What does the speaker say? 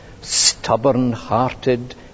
stubborn-hearted